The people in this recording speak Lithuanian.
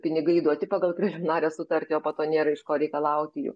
pinigai duoti pagal preliminarią sutartį o po to nėra iš ko reikalauti jų